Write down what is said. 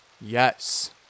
yes